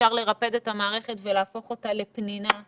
אפשר לרפד את המערכת ולהפוך אותה לפנינה,